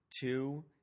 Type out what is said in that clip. two